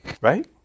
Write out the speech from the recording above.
right